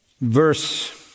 verse